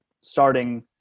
starting